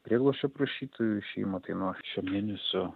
prieglobsčio prašytojų išėjimo tai nuo šio mėnesio